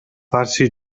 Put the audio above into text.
farsi